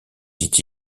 dit